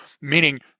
meaning